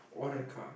orca